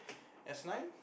S nine